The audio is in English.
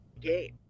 game